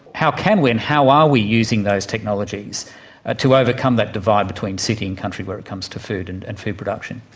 how can we and how are we using those technologies ah to overcome that divide between city and country where it comes to food and and food production?